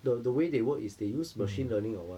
the the way they work is they use machine learning or [what]